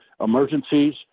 emergencies